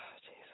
Jesus